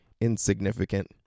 insignificant